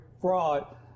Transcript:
fraud